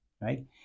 right